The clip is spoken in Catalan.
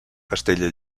castella